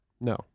No